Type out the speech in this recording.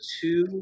two